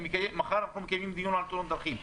מחר אנחנו מקיימים דיון על תאונות דרכים.